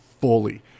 fully